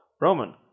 Roman